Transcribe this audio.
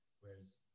Whereas